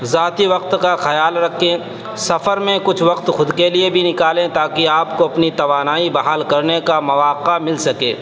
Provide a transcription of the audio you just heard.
ذاتی وقت کا خیال رکھیں سفر میں کچھ وقت خود کے لیے بھی نکالیں تاکہ آپ کو اپنی توانائی بحال کرنے کا مواقع مل سکے